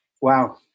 wow